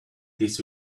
this